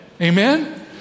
Amen